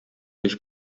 durch